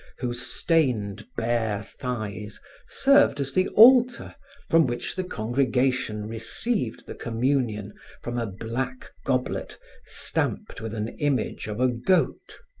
whose stained bare thighs served as the altar from which the congregation received the communion from a black goblet stamped with an image of a goat.